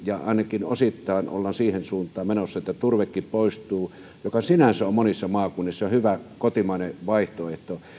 ja jos ainakin osittain ollaan siihen suuntaan menossa että turvekin poistuu joka sinänsä on monissa maakunnissa hyvä kotimainen vaihtoehto